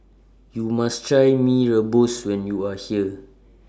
YOU must Try Mee Rebus when YOU Are here